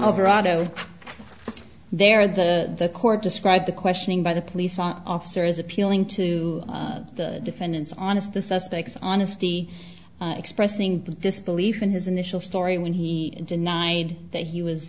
over auto there the court described the questioning by the police officer is appealing to the defendant's honest the suspects honesty expressing disbelief in his initial story when he denied that he was